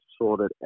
sorted